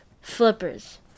flippers